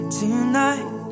tonight